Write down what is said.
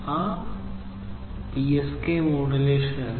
ആദ്യത്തേത് BPSK മോഡുലേഷനാണ്